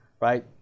right